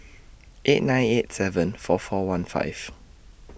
eight nine eight seven four four one five